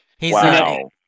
Wow